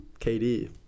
KD